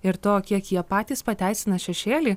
ir to kiek jie patys pateisina šešėlį